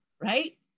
Right